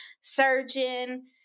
surgeon